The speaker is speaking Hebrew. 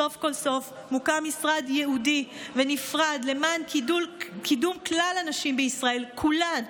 סוף כל סוף מוקם משרד ייעודי ונפרד למען קידום כל הנשים בישראל כולן,